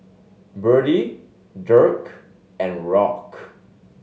Bertie Dirk and Rock